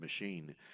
machine